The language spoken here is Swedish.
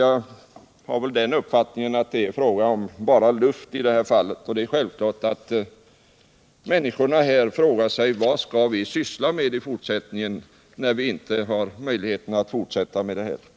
Jag har den uppfattningen att det bara är luft som ni haft att erbjuda i det här fallet. Det är självklart att människorna i Högsby frågar sig vad de skall syssla med i fortsättningen, när de inte har möjlighet att fortsätta med sina tidigare jobb.